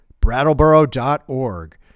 brattleboro.org